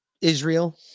Israel